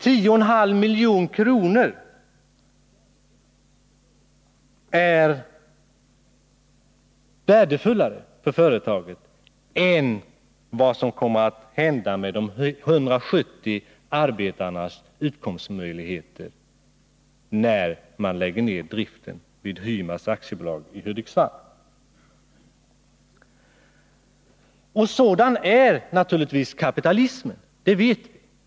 10,5 milj.kr. är för dem mycket mera värdefullt än 170 arbetares utkomstmöjligheter när man lägger ner driften vid Hymas AB i Hudiksvall. Sådan är naturligtvis kapitalismen, det vet vi.